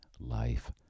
life